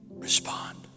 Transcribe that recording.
respond